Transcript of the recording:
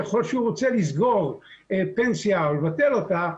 ככל שהוא רוצה לסגור פנסיה או לבטל אותה,